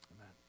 Amen